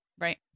right